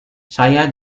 saya